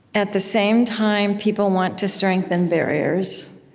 at the same time people want to strengthen barriers,